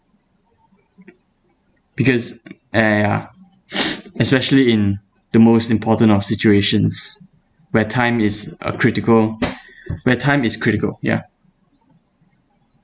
because eh ya especially in the most important of situations where time is a critical where time is critical ya